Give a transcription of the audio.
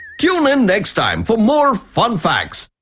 tune in next time for more fun facts.